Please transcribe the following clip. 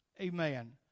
Amen